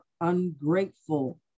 ungrateful